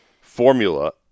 formula